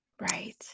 Right